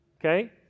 okay